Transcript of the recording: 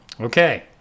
okay